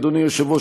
אדוני היושב-ראש,